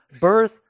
birth